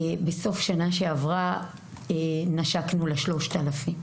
בסוף השנה שעברה נשקנו ל-3,000.